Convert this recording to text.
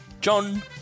John